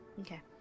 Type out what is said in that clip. Okay